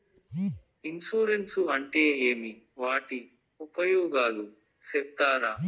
Insurance అంటే ఏమి? వాటి ఉపయోగాలు సెప్తారా?